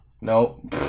No